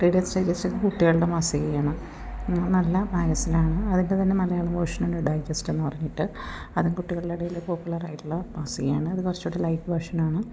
Reader's Digest കുട്ടികളുടെ മാസികയാണ് നല്ല മാഗസിനാണ് അതിൻ്റെ തന്നെ മലയാളം വേർഷന് ഉണ്ട് ഡൈജസ്റ്റ് എന്ന് പറഞ്ഞിട്ട് അതും കുട്ടികളുടെ ഇടയിൽ പോപ്പുലർ ആയിട്ടുള്ള മാസികയാണ് അത് കുറച്ചുകൂടെ ലൈറ്റ് വേർഷനാണ്